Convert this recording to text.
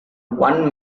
one